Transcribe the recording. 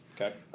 Okay